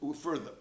Further